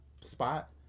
spot